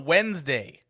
Wednesday